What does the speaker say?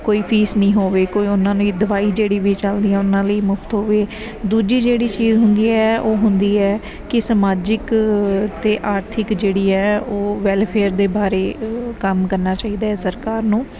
ਕੋਈ ਫੀਸ ਨੀ ਹੋਵੇ ਕੋਈ ਉਹਨਾਂ ਨੂੰ ਦਵਾਈ ਜਿਹੜੀ ਵੀ ਚਲਦੀ ਆ ਉਹਨਾਂ ਲਈ ਮੁਫਤ ਹੋਵੇ ਦੂਜੀ ਜਿਹੜੀ ਚੀਜ਼ ਹੁੰਦੀ ਹੈ ਉਹ ਹੁੰਦੀ ਹੈ ਕਿ ਸਮਾਜਿਕ ਤੇ ਆਰਥਿਕ ਜਿਹੜੀ ਐ ਉਹ ਵੈਲਫੇਅਰ ਦੇ ਬਾਰੇ ਕੰਮ ਕਰਨਾ ਚਾਹੀਦਾ ਸਰਕਾਰ ਨੂੰ